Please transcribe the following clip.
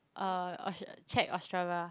uh or should check Ostrava